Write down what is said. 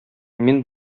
мин